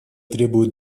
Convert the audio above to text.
требует